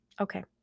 Okay